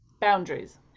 boundaries